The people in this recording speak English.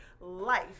life